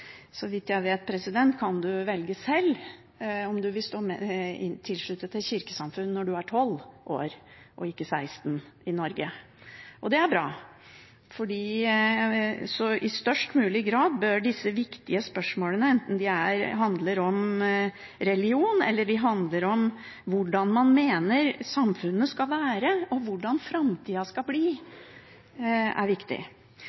vet, kan du velge sjøl om du vil stå tilsluttet et kirkesamfunn når du er 12 år og ikke 16 år i Norge, og det er bra. Disse spørsmålene, enten de handler om religion eller de handler om hvordan man mener samfunnet skal være og hvordan framtida skal bli, er viktige. Til slutt til det temaet som Skei Grande var innom, nemlig alderssammensetningen, altså at alderspyramiden blir